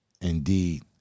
indeed